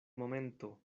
momento